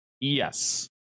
yes